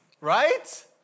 Right